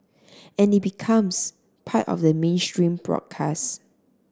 and it becomes part of mainstream broadcast